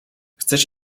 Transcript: chcesz